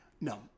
No